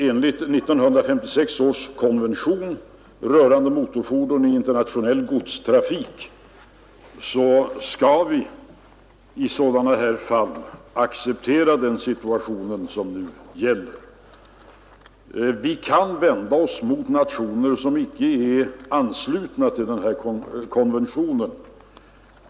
Enligt 1956 års konvention rörande motorfordon i internationell godstrafik skall vi i sådana här fall acceptera den situation som nu råder. Vi kan vända oss mot nationer som icke har anslutit sig till konventionen.